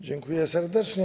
Dziękuję serdecznie.